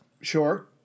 Sure